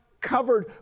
covered